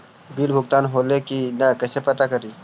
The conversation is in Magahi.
बिल भुगतान होले की न कैसे पता करी?